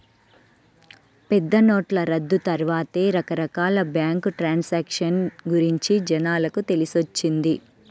పెద్దనోట్ల రద్దు తర్వాతే రకరకాల బ్యేంకు ట్రాన్సాక్షన్ గురించి జనాలకు తెలిసొచ్చింది